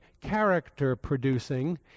character-producing